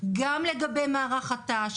גם לגבי מערך הת"ש,